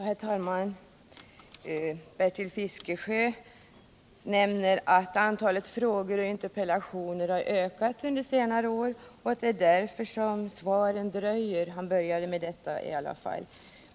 Herr talman! Bertil Fiskesjö nämnde att antalet frågor och interpellationer har ökat under senare år och att det är därför som svaren dröjer. Han började med detta i alla fall.